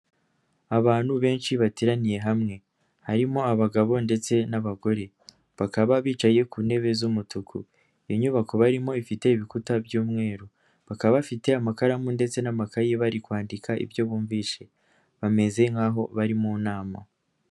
Abantu benshi bateraniye hamwe harimo abagabo ndetse n'abagore bakaba bicaye ku ntebe z'umutuku, iyo nyubako barimo ifite ibikuta by'umweru bakaba bafite amakaramu ndetse n'amakayi bari kwandika ibyo bumvise bameze nk'aho bari mu nama.